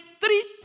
three